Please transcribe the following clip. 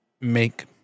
make